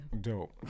Dope